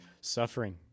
suffering